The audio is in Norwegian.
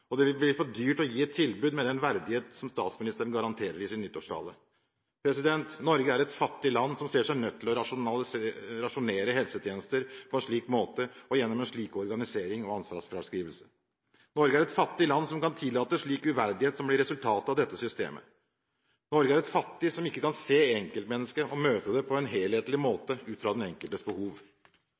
og det vil bli for dyrt å gi et tilbud med den verdighet som statsministeren garanterer i sin nyttårstale. Norge er et fattig land som ser seg nødt til å rasjonere helsetjenester på en slik måte og gjennom en slik organisering og ansvarsfraskrivelse. Norge er et fattig land som kan tillate slik uverdighet som blir resultatet av dette systemet. Norge er fattig som ikke kan se enkeltmennesket, og møte det på en helhetlig måte ut fra den enkeltes behov.